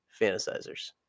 fantasizers